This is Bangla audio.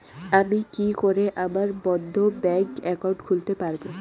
আমি কি করে আমার বন্ধ ব্যাংক একাউন্ট খুলতে পারবো?